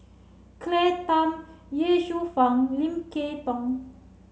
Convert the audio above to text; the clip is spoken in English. Claire Tham Ye Shufang Lim Kay Tong